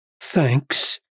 thanks